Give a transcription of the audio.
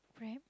prep